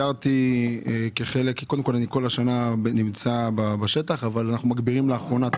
כל השנה אני נמצא בשטח אבל לאחרונה אנחנו מגבירים את